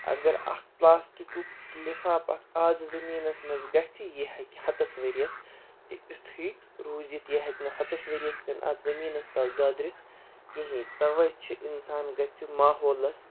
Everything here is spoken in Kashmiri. اگر اَکھ پُلاسٹِکُک لِفاف اَکھ اَزٕ زٔمیٖنَس منٛز گژھِ یہِ ہیٚکہِ ہَتَس ؤرۍ یَس تہِ یِتھُے روٗزِتھ یہِ ہیٚکہِ نہٕ ہَتَس ؤرۍ یَس تہِ نہٕ اَتھ زٔمیٖنَس تَل دۄدرِتھ کِہیٖنٛۍ تَوَے چھُ اِنسان گَژھِ ماحولَس